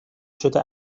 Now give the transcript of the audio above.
شده